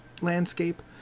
landscape